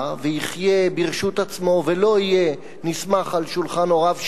ויחיה ברשות עצמו ולא יהיה נסמך על שולחן הוריו,